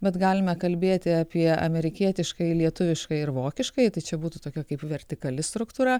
bet galime kalbėti apie amerikietiškąjį lietuviškąjį ir vokiškąjį tai čia būtų tokia kaip vertikali struktūra